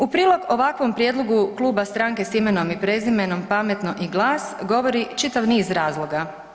U prilog ovakvom prijedlogu Kluba Stranke s imenom i prezimenom, Pametno i Glas govori čitav niz razloga.